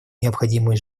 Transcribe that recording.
необходимые